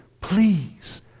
please